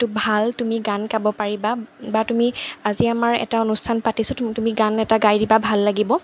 ভাল তুমি গান গাব পাৰিবা বা তুমি আজি আমাৰ এটা অনুষ্ঠান পাতিছোঁ তুমি গান এটা গাই দিবা ভাল লাগিব